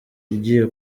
igiye